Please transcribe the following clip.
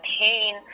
pain